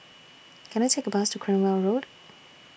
Can I Take A Bus to Cranwell Road